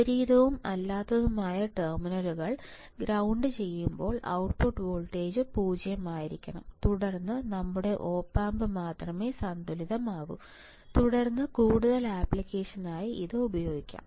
വിപരീതവും അല്ലാത്തതുമായ ടെർമിനലുകൾ നിലത്തുവീഴുമ്പോൾ ഔട്ട്പുട്ട് വോൾട്ടേജ് 0 ആയിരിക്കണം തുടർന്ന് നമ്മുടെ ഒപ് ആമ്പ് മാത്രമേ സന്തുലിതമാകൂ തുടർന്ന് കൂടുതൽ ആപ്ലിക്കേഷനായി ഇത് ഉപയോഗിക്കണം